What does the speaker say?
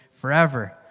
forever